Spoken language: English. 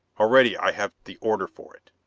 already i have the order for it.